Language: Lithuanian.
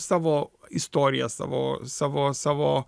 savo istoriją savo savo savo